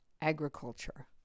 Agriculture